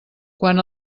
quan